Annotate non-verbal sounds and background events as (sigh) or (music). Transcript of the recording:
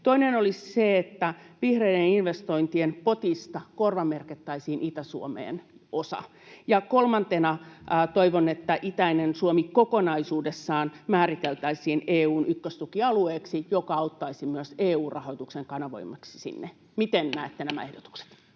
Toinen olisi se, että vihreiden investointien potista korvamerkittäisiin Itä-Suomeen osa. Ja kolmantena toivon, että itäinen Suomi kokonaisuudessaan määriteltäisiin (noise) EU:n ykköstukialueeksi, mikä auttaisi myös EU-rahoituksen kanavoimiseksi sinne. (noise) Miten näette nämä ehdotukset?